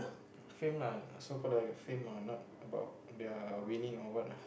fame lah so called the fame lah not about their winning or what ah